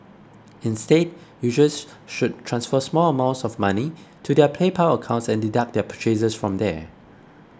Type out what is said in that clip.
instead users should transfer small amounts of money to their PayPal accounts and deduct their purchases from there